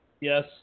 Yes